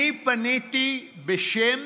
אני פניתי בשם